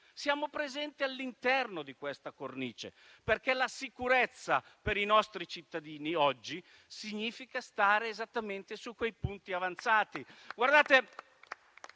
siamo presenti all'interno di questa cornice, perché oggi la sicurezza per i nostri cittadini significa stare esattamente su quei punti avanzati.